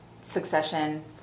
succession